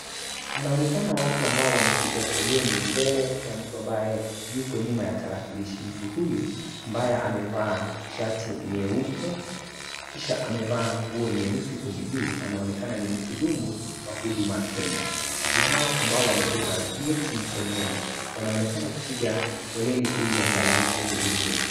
Wanaonekana watu ambao wamepiga foleni mbele ya mtu ambaye yuko nyuma ya tarakilishi. Mtu huyu ambaye amevaa shati nyeupe, kisha amevaa nguo nyeusi kwenye juu, anaonekana ni mhudumu wa Huduma Kenya. Watu hawa ambao wamebeba vyeti mkononi wanaonekana kupiga foleni ili angalau kuhudumiwa.